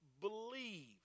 believe